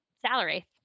salary